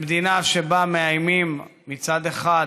במדינה שבה מאיימים, מצד אחד